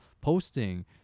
posting